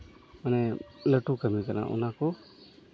ᱞᱟᱹᱴᱩ ᱠᱟᱹᱢᱤ ᱠᱟᱱᱟ ᱚᱱᱟ ᱠᱚ